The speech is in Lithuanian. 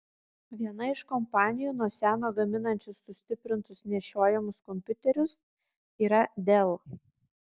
viena iš kompanijų nuo seno gaminančių sustiprintus nešiojamus kompiuterius yra dell